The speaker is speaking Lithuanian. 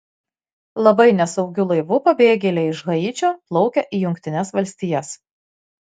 labai nesaugiu laivu pabėgėliai iš haičio plaukia į jungtines valstijas